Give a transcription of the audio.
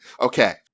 Okay